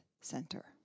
center